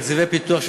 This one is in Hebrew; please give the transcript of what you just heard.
תקציבי פיתוח,